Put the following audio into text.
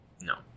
No